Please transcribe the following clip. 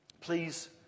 Please